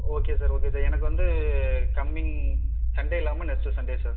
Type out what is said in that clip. okay sir okay sir எனக்கு வந்து coming Sunday இல்லாமல் நெக்ஸ்ட்டு சன்டே சார்